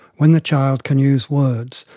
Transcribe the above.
when the child can use words,